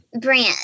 brand